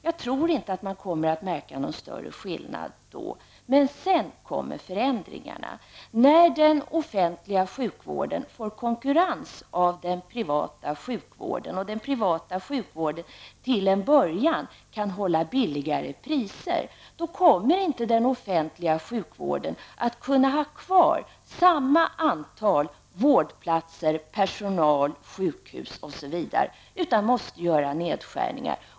Jag tror inte att man då kommer att märka någon större skillnad. Men sedan kommer förändringarna. När den offentliga sjukvården får konkurrens av den privata sjukvården, och den privata sjukvården till en början kan hålla lägre priser, då kommer inte den offentliga sjukvården att kunna ha kvar samma antal vårdplatser, samma personalstyrka, samma antal sjukhus osv., utan måste göra nedskärningar.